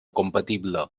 compatible